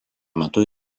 metu